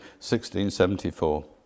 1674